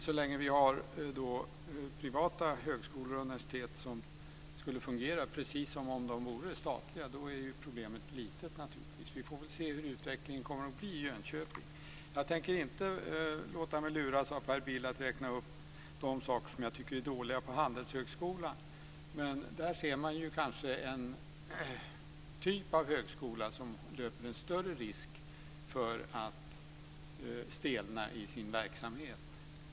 Så länge det finns privata högskolor och universitet som fungerar precis som de statliga högskolorna är problemet naturligtvis litet. Vi får se hur utvecklingen kommer att bli i Jönköping. Jag tänker inte låta mig luras av Per Bill att räkna upp de saker som jag tycker är dåliga på Handelshögskolan. Men det är en typ av högskola som löper en större risk för att stelna i sin verksamhet.